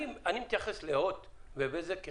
אני מתייחס להוט ולבזק,